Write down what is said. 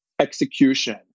execution